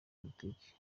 politiki